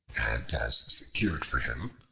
and has secured for him,